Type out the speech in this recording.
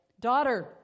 Daughter